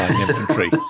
infantry